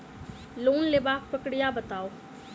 Loan लेबाक प्रक्रिया बताऊ?